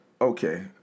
okay